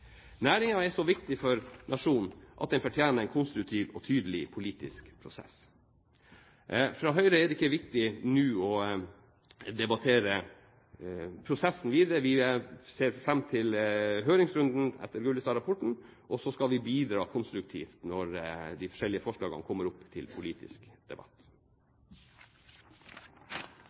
er så viktig for nasjonen at den fortjener en konstruktiv og tydelig politisk prosess. For Høyre er det ikke viktig nå å debattere prosessen videre. Vi ser fram til høringsrunden etter Gullestad-rapporten, og så skal vi bidra konstruktivt når de forskjellige forslagene kommer opp til politisk debatt.